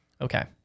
Okay